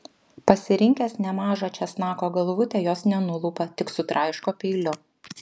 pasirinkęs nemažą česnako galvutę jos nenulupa tik sutraiško peiliu